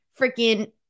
freaking –